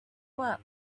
work